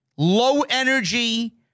low-energy